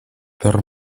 per